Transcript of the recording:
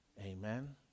Amen